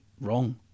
wrong